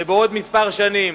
ובעוד כמה שנים,